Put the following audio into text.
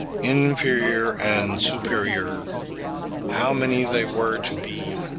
inferior and superior how many they were to be,